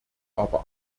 aber